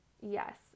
Yes